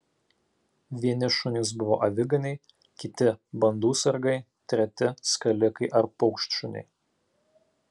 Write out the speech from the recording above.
vieni šunys buvo aviganiai kiti bandų sargai treti skalikai ar paukštšuniai